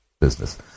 business